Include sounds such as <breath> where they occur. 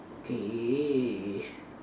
okay <breath>